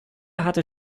hatte